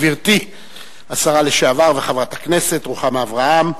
גברתי השרה לשעבר וחברת הכנסת רוחמה אברהם,